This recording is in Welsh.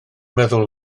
meddwl